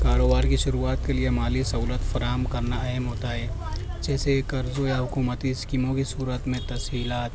کاروبار کی شروعات کے لیے مالی سہولت فراہم کرنا اہم ہوتا ہے جیسے قرضوں یا حکومتی اسکیموں کی صورت میں تسہیلات